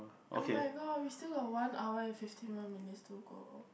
[oh]-my-god we still got one hour and fifty more minutes to go